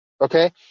Okay